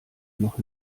noch